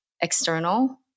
external